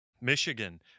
Michigan